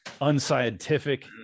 unscientific